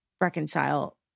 reconcile